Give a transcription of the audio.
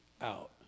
out